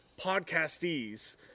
podcastees